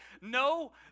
no